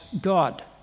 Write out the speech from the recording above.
God